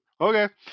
Okay